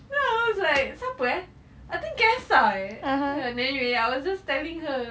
ya I was like siapa eh I think kaysa eh anyway I was just telling her like